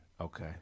Okay